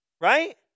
Right